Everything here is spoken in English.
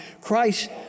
Christ